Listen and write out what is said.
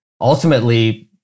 Ultimately